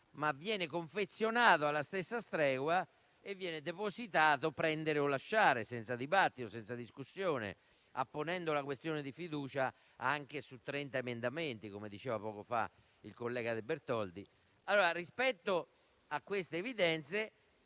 ma viene confezionato alla stessa stregua, e viene depositato "prendere o lasciare" senza dibattito, apponendo la questione di fiducia anche su 30 emendamenti, come diceva poco fa il collega De Bertoldi. Rispetto a queste evidenze